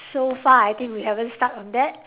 so far I think we haven't start on that